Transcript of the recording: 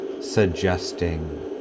suggesting